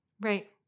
Right